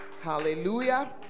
Hallelujah